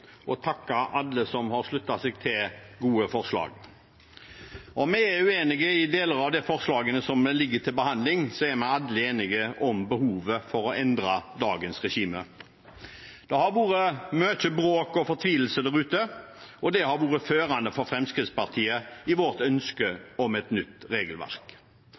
og takke alle som har sluttet seg til gode forslag. Om vi er uenig i deler av forslagene som ligger til behandling, er vi alle enige om behovet for å endre dagens regime. Det har vært mye bråk og fortvilelse der ute, og det har vært førende for Fremskrittspartiet i vårt ønske om et nytt regelverk.